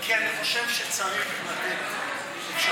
כי אני חושב שצריך לתת אפשרויות,